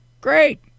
Great